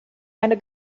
eine